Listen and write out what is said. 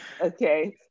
Okay